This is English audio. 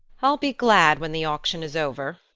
i'll be glad when the auction is over,